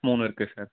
மூணு இருக்குது சார்